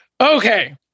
Okay